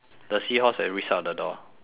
the seahorse at which side of the door